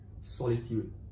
solitude